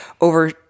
over